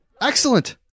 Excellent